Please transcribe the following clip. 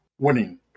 winning